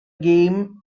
game